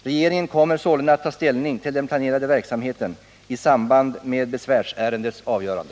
Regeringen kommer sålunda att ta ställning till den planerade verksamhetert i samband med besvärsärendets avgörande.